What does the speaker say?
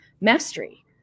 mastery